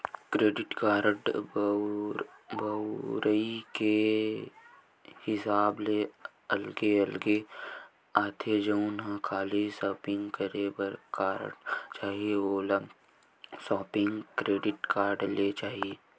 credit card बउरई के हिसाब ले अलगे अलगे आथे, जउन ल खाली सॉपिंग करे बर कारड चाही ओला सॉपिंग क्रेडिट कारड लेना चाही